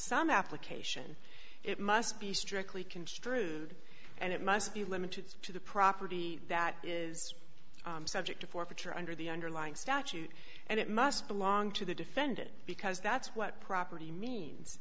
some application it must be strictly construed and it must be limited to the property that is subject to forfeiture under the underlying statute and it must belong to the defendant because that's what property means